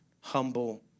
humble